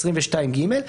22ג,